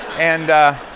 and